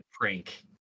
prank